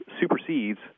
supersedes